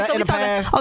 Okay